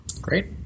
Great